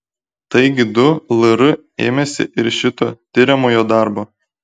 taigi du lr ėmėsi ir šito tiriamojo darbo